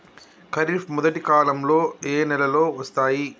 ఖరీఫ్ మొదటి కాలంలో ఏ నెలలు వస్తాయి?